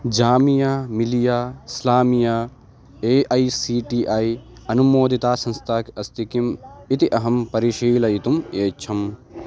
Jamia Millia Islamia A I C T E अनुमोदिता संस्था अस्ति किम् इति अहं परिशीलयितुम् ऐच्छम्